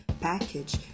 package